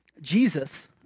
Jesus